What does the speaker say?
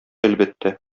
әлбәттә